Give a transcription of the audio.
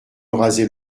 raser